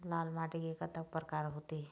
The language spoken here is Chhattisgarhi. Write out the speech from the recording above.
लाल माटी के कतक परकार होथे?